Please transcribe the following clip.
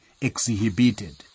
exhibited